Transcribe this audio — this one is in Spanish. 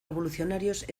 revolucionarios